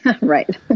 Right